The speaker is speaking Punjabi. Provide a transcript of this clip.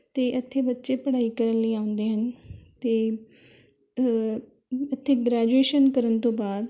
ਅਤੇ ਇੱਥੇ ਬੱਚੇ ਪੜ੍ਹਾਈ ਕਰਨ ਲਈ ਆਉਂਦੇ ਹਨ ਅਤੇ ਇੱਥੇ ਗ੍ਰੈਜੂਏਸ਼ਨ ਕਰਨ ਤੋਂ ਬਾਅਦ